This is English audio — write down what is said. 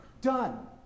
done